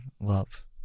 love